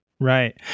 Right